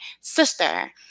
sister